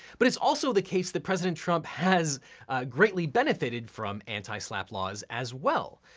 but it's also the case that president trump has greatly benefited from anti-slapp laws as well.